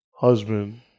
husband